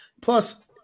Plus